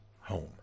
home